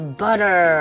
butter